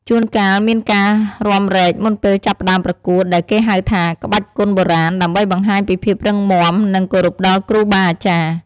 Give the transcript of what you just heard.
ជួនកាលមានការរាំរែកមុនពេលចាប់ផ្ដើមប្រកួត ដែលគេហៅថា ក្បាច់គុណបុរាណ ដើម្បីបង្ហាញពីភាពរឹងមាំ និងគោរពដល់គ្រូបាអាចារ្យ។